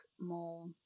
more